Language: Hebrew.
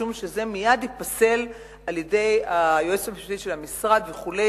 משום שזה מייד ייפסל על-ידי היועצת המשפטית של המשרד וכו'.